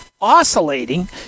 Oscillating